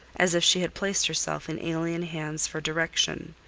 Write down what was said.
as she had placed herself in alien hands for direction,